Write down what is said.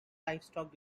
livestock